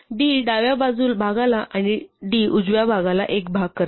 d डाव्या भागाला आणि d उजव्या भागाला एक भाग करते